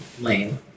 lame